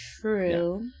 true